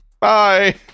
bye